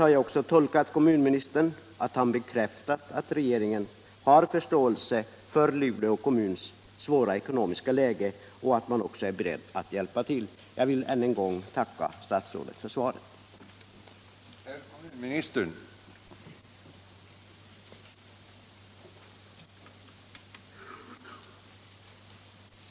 Jag har också tolkat kommunministerns svar så, att han där bekräftar att han har förståelse för Luleå kommuns svåra ekonomiska läge och att han också är beredd att hjälpa till för att lösa problemen där. Jag vill än en gång tacka statsrådet för svaret på min fråga.